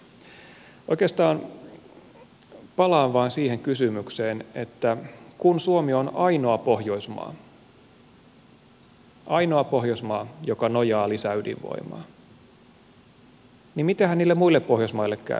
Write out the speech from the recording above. oikeastaan palaan vain siihen kysymykseen että kun suomi on ainoa pohjoismaa ainoa pohjoismaa joka nojaa lisäydinvoimaan niin mitenhän niille muille pohjoismaille käy